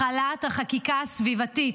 החלת החקיקה הסביבתית,